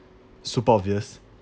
super obvious